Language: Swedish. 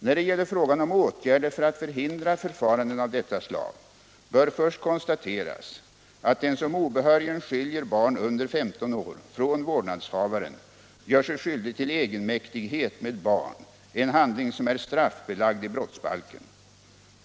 När det gäller frågan om åtgärder för att förhindra förfaranden av detta slag bör det först konstateras, att den som obehörigen skiljer barn under 15 år från vårdnadshavaren gör sig skyldig till egenmäktighet med barn, en handling som är straffbelagd i brottsbalken.